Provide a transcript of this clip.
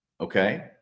Okay